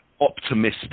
optimistic